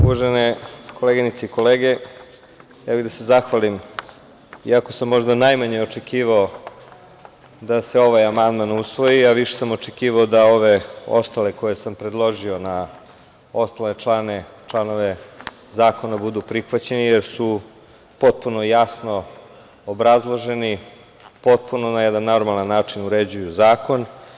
Uvažene koleginice i kolege, ja bih da se zahvalim, iako sam možda najmanje očekivao da se ovaj amandman usvoji, a više sam očekivao ove ostale koje sam predložio na ostale članove zakona da budu prihvaćeni, jer su potpuno jasno obrazloženi, potpuno na jedan normalan način uređuju zakon.